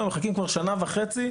מחכים כבר שנה וחצי,